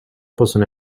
possono